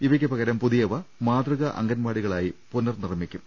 ഇവയ്ക്ക് പകരം പുതിയവ മാതൃകാ അംഗൻവാടികളായി പുനർ നിർമ്മിക്കും